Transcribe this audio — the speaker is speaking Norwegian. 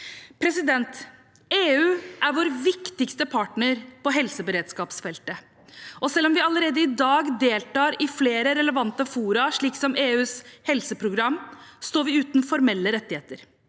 utstyr. EU er vår viktigste partner på helseberedskapsfeltet. Selv om vi allerede i dag deltar i flere relevante fora, som EUs helseprogram, står vi uten formelle rettigheter.